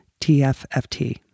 TFFT